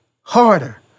harder